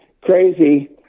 crazy